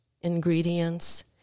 ingredients